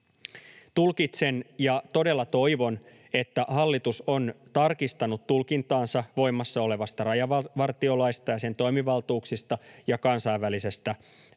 Tulkitsen ja todella toivon, että hallitus on tarkistanut tulkintaansa voimassa olevasta rajavartiolaista ja sen toimivaltuuksista ja kansainvälisestä